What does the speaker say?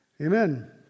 Amen